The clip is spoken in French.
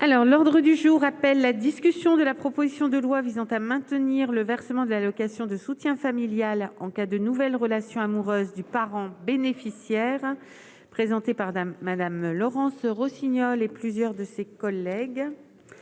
l'ordre du jour appelle la discussion de la proposition de loi visant à maintenir le versement de l'allocation de soutien familial en cas de nouvelles relations amoureuses du parent bénéficiaire, présenté par Madame Laurence Rossignol et plusieurs de ses collègues